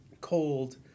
cold